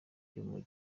iyo